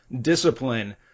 discipline